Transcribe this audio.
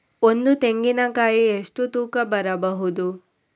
ಒಂದು ತೆಂಗಿನ ಕಾಯಿ ಎಷ್ಟು ತೂಕ ಬರಬಹುದು?